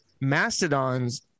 Mastodon's